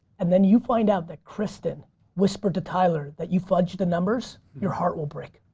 and then you find out that kristen whispered to tyler that you fudged the numbers, your heart will break.